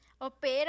Opera